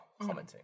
commenting